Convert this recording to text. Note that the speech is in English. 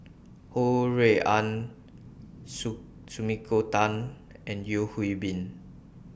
Ho Rui An Sumiko Tan and Yeo Hwee Bin